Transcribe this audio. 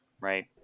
Right